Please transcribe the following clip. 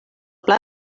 pla